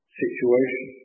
situation